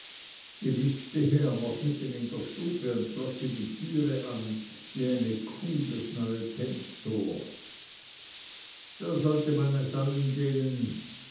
gewiß stehe er noch mitten in der stube und glotze die türe an wie eine kuh das neue tennstor so sollte man es allen denen